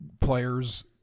players